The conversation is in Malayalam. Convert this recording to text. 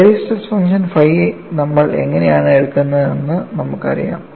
എറിസ് സ്ട്രെസ് ഫംഗ്ഷൻ phi നമ്മൾ എങ്ങനെയാണ് എടുത്തതെന്ന് നമുക്കറിയാം